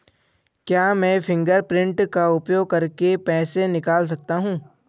क्या मैं फ़िंगरप्रिंट का उपयोग करके पैसे निकाल सकता हूँ?